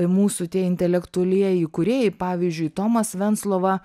mūsų tie intelektualieji kūrėjai pavyzdžiui tomas venclova